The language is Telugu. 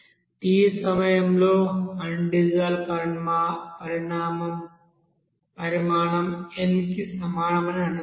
t సమయంలో అన్ డిజాల్వ్డ్ పరిమాణం n కి సమానం అని అనుకోండి